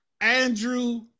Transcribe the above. Andrew